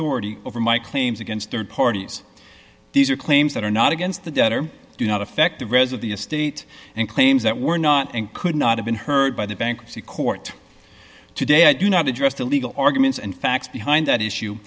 authority over my claims against rd parties these are claims that are not against the debt or do not affect the rest of the estate and claims that were not and could not have been heard by the bankruptcy court today i do not address the legal arguments and facts behind that issue